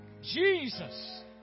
Jesus